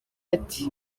ati